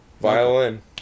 Violin